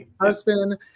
husband